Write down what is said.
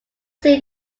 see